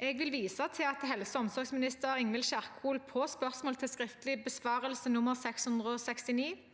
Jeg vil vise til at helse- og omsorgsminister Ingvild Kjerkol på spørsmål til skriftlig besvarelse nr. 669